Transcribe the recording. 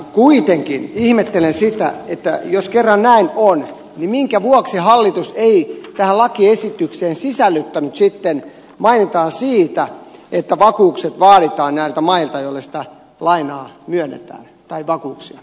kuitenkin ihmettelen sitä että jos kerran näin on niin minkä vuoksi hallitus ei tähän lakiesitykseen sisällyttänyt mainintaa siitä että vakuudet vaaditaan näiltä mailta joille lainaa tai vakuuksia myönnetään